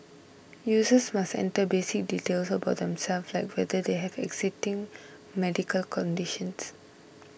users must enter basic details about themselves like whether they have existing medical conditions